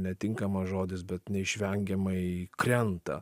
netinkamas žodis bet neišvengiamai krenta